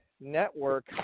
Network